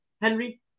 Henry